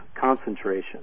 concentration